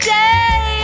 day